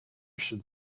should